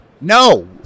No